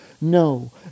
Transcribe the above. No